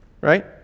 Right